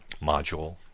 module